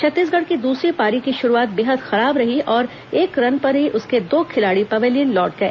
छत्तीसगढ़ की दूसरी पारी की शुरूआत बेहद खराब रही और एक रन पर ही उसके दो खिलाड़ी पवेलियन लौट गए